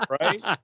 Right